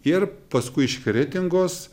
ir paskui iš kretingos